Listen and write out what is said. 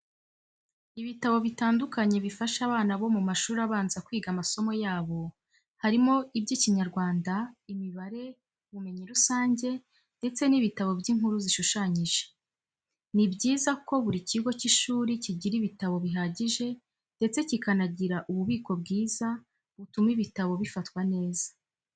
Ibitabo bitandukanye bifasha abana bo mu mashuri abanza kwiga amasomo yabo, harimo iby'Ikinyarwanda, imibare, ubumenyi rusange ndetse n'ibitabo by'inkuru zishushanije. Ni byiza ko buri kigo cy'ishuri kigira ibitabo bihagije ndetse kikanagira ububiko bwiza butuma ibitabo bifatwa neza.